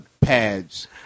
pads